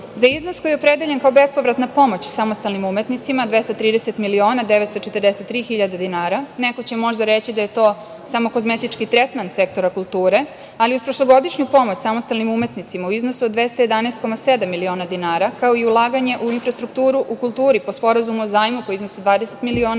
iznos koji je opredeljen kao bespovratna pomoć samostalnim umetnicima, 230 miliona 943 hiljade dinara, neko će možda reći da je to samo kozmetički tretman sektora kulture, ali uz prošlogodišnju pomoć samostalnim umetnicima u iznosu od 211,7 miliona dinara, kao i ulaganje u infrastrukturu u kulturi po Sporazumu o zajmu koji iznosi 20 miliona